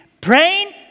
Praying